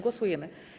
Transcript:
Głosujemy.